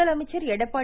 முதலமைச்சர் எடப்பாடி